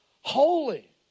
holy